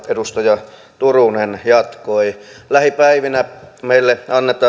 edustaja turunen jatkoi lähipäivinä meille